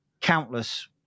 countless